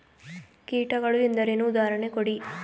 ಕೀಟಗಳು ಎಂದರೇನು? ಉದಾಹರಣೆ ಕೊಡಿ?